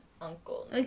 uncle